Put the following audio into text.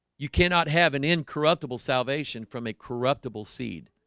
you cannot have an incorruptible salvation from a corruptible seed